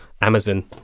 Amazon